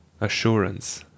Assurance